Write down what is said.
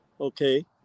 okay